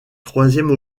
troisième